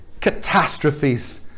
Catastrophes